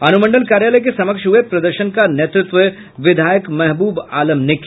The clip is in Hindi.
अनुमंडल कार्यलय के समक्ष हुए प्रदर्शन का नेतृत्व विधायक महबूब आलम ने किया